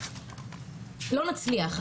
לא נצליח.